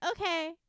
okay